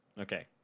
Okay